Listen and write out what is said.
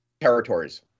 territories